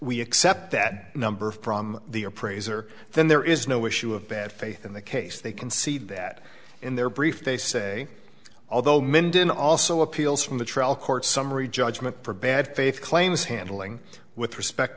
we accept that number the appraiser then there is no issue of bad faith in the case they can see that in their brief they say although mindon also appeals from the trial court summary judgment for bad faith claims handling with respect